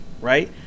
right